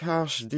Cash